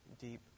deep